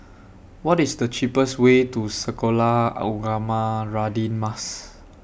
What IS The cheapest Way to Sekolah Ugama Radin Mas